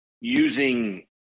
using